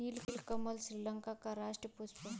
नीलकमल श्रीलंका का राष्ट्रीय पुष्प है